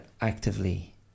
actively